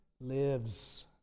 lives